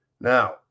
Now